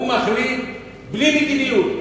הוא מחליט בלי מדיניות.